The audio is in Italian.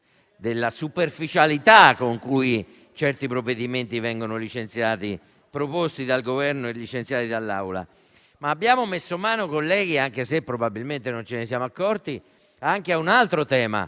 della superficialità con cui certi testi vengono proposti dal Governo e licenziati dall'Aula. Abbiamo, però, messo mano, colleghi, anche se probabilmente non ce ne siamo accorti, a un altro tema